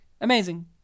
amazing